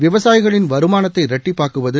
விவசாயிகளின் வருமானத்தை இரட்டிப்பாக்குவது